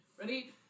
Ready